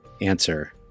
answer